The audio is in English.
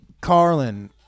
Carlin